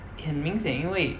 很明显因为